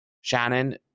Shannon